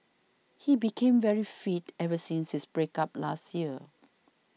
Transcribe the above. he became very fit ever since his break up last year